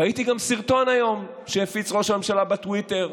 ראיתי היום גם סרטון שהפיץ ראש הממשלה בטוויטר,